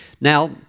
Now